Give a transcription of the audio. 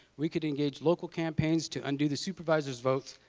we could engage local campaigns to undo the supervisors votes